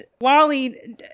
Wally